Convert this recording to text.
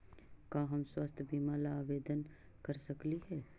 का हम स्वास्थ्य बीमा ला आवेदन कर सकली हे?